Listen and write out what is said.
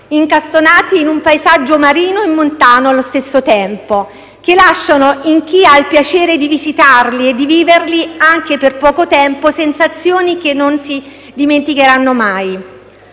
incastonati in un paesaggio marino e montano allo stesso tempo, che lasciano, in chi ha il piacere di visitarli e di viverli, anche per poco tempo, sensazioni che non si dimenticheranno mai.